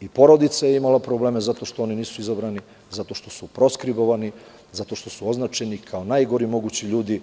i porodica je imala probleme zato što oni nisu izabrani, zato što su označeni kao najgori mogući ljudi.